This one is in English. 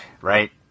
right